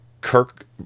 Kirk